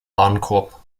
warenkorb